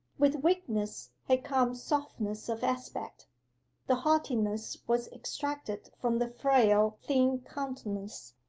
with weakness had come softness of aspect the haughtiness was extracted from the frail thin countenance,